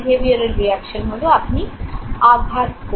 behavioural reaction হলো আপনি আঘাত করলেন